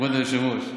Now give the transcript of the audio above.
כבוד היושב-ראש.